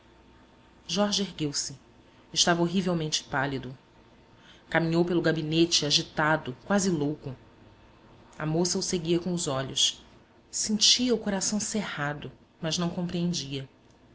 jorge ergueu-se estava horrivelmente pálido caminhou pelo gabinete agitado quase louco a moça o seguia com os olhos sentia o coração cerrado mas não compreendia